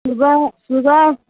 सुबह सुबह